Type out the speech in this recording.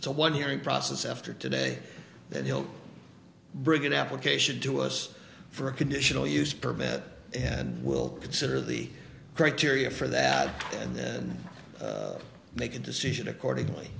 still one hearing process after today that he'll bring an application to us for a conditional use permit and we'll consider the criteria for that and then make a decision accordingly